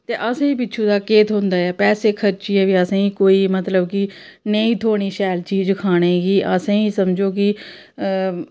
ते असें गी पिच्छुं दा केह् थ्होंदा ऐ पैसे खर्चियै बी असें गी कोई मतलब कि नेईं थ्होनी शैल चीज खानें गी असें गी समझो कि